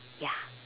ya